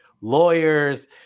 lawyers